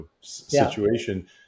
situation